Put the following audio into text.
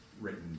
written